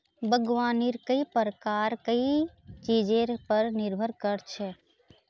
बागवानीर कई प्रकार कई चीजेर पर निर्भर कर छे